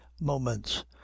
moments